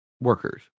workers